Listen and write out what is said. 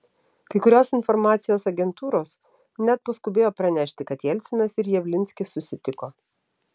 kai kurios informacijos agentūros net paskubėjo pranešti kad jelcinas ir javlinskis susitiko